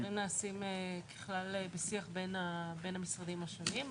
הדברים נעשים ככלל בשיח בין המשרדים השונים.